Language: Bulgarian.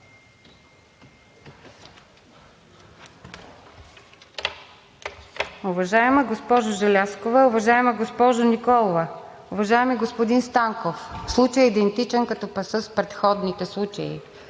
Уважаема госпожо Желязкова, уважаема госпожо Николова, уважаеми господин Станков! Случаят е идентичен като с предходните случаи.